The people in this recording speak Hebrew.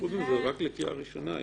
וחוץ מזה, זה רק לקריאה ראשונה.